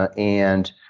ah and